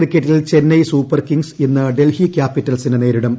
ക്രിക്കറ്റിൽ Chennai super kings ഇന്ന് ഡൽഹി ക്യാപിറ്റൽസിനെ നേരിടും